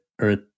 earth